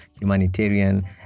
humanitarian